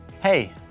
Hey